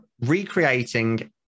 recreating